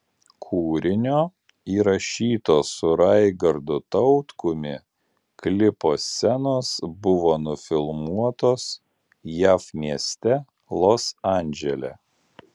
kūrinio įrašyto su raigardu tautkumi klipo scenos buvo nufilmuotos jav mieste los andžele